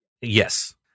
Yes